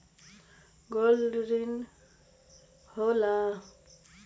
Gold ऋण की होला?